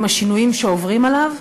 עם השינויים שעוברים עליו,